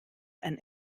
ein